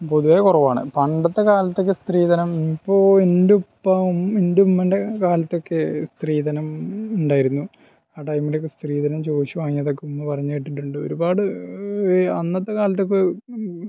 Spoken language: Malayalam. പൊതുവേ കുറവാണ് പണ്ടത്തെ കാലത്തൊക്കെ സ്ത്രീധനം ഇപ്പോൾ ഉണ്ട് ഇപ്പോൾ എൻ്റെ ഉമ്മേൻ്റെ കാലത്തൊക്കെ സ്ത്രീധനം ഉണ്ടായിരുന്നു ആ ടൈമിലൊക്കെ സ്ത്രീധനം ചോദിച്ച് വാങ്ങിയതൊക്കെ ഉമ്മ പറഞ്ഞ് കേട്ടിട്ടുണ്ട് ഒരുപാട് അന്നത്തെ കാലത്തൊക്കെ